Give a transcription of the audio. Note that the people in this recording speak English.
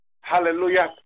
hallelujah